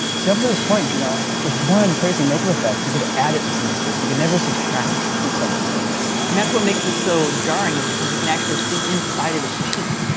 see up into this point, you know if you wanted crazy makeup effects you could add it to somebody's face. but you can never subtract from somebody's face. and that's what makes this so jarring is because you can actually see inside of his cheek.